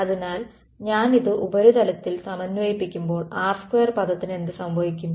അതിനാൽ ഞാൻ ഇത് ഉപരിതലത്തിൽ സമന്വയിപ്പിക്കുമ്പോൾ r2 പദത്തിന് എന്ത് സംഭവിക്കും